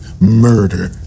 murder